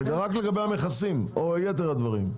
זה רק לגבי המכסים או יתר הדברים?